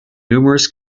numerous